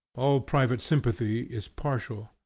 all private sympathy is partial.